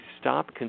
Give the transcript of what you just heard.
stop